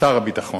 שר הביטחון.